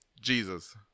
Jesus